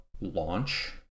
launch